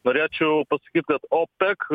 norėčiau pasakyt kad opek